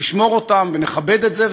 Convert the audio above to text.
תשמור אותם ונכבד את זה.